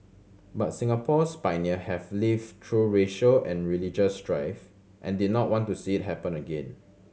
but Singapore's pioneer have lived through racial and religious strife and did not want to see it happen again